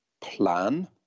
plan